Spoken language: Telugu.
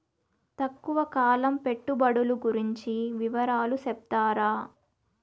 తక్కువ కాలం పెట్టుబడులు గురించి వివరాలు సెప్తారా?